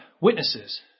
witnesses